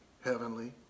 heavenly